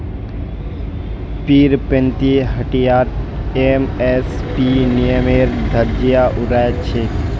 पीरपैंती हटियात एम.एस.पी नियमेर धज्जियां उड़ाई छेक